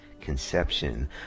conception